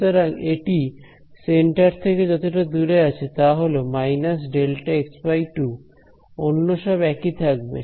সুতরাং এটি সেন্টার থেকে যতটা দূরে আছে তা হল − Δx2 অন্য সব একই থাকবে